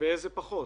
ובאיזה פחות.